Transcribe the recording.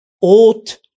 ought